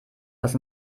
was